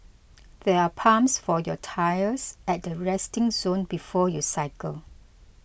there are pumps for your tyres at the resting zone before you cycle